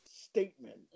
statement